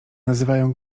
nazywają